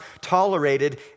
tolerated